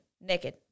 Naked